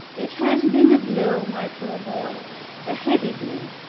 it has been a blow, my poor boy a heavy blow,